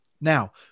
Now